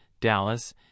Dallas